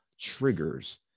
triggers